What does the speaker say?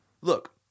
Look